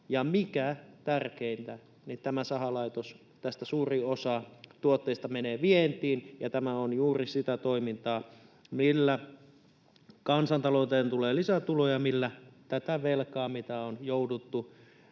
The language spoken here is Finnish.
Mikä tärkeintä, tämän sahalaitoksen tuotteista suuri osa menee vientiin, ja tämä on juuri sitä toimintaa, millä kansantalouteen tulee lisätuloja ja millä tuloilla tätä velkaa, mitä on jouduttu